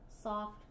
soft